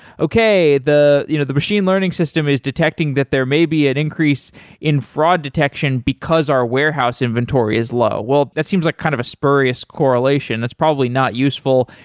okay. the you know the machine learning system is detecting that there may be an increase in fraud detection because our warehouse inventory is low. well, that seems like kind of a spurious correlation. that's probably not useful,